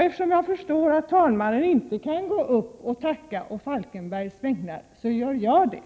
Eftersom jag förstår att andre vice talmannen nu inte kan gå upp och tacka å Falkenbergs vägnar gör jag det.